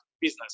business